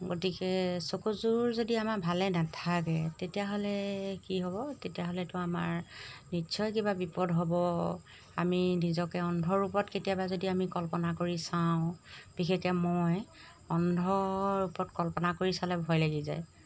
গতিকে চকুযোৰ যদি আমাৰ ভালে নাথাকে তেতিয়াহ'লে কি হ'ব তেতিয়াহ'লেতো আমাৰ নিশ্চয় কিবা বিপদ হ'ব আমি নিজকে অন্ধ ৰূপত কেতিয়াবা যদি আমি কল্পনা কৰি চাওঁ বিশেষকৈ মই অন্ধ ৰূপত কল্পনা কৰি চালে ভয় লাগি যায়